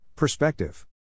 Perspective